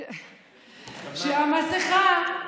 מסכה.